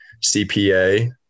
CPA